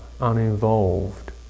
uninvolved